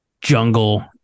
jungle